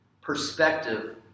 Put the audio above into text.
perspective